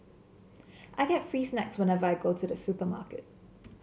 I get free snacks whenever I go to the supermarket